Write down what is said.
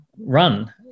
run